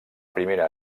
primera